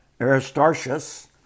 Aristarchus